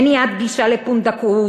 מניעת גישה לפונדקאות,